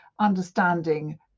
understanding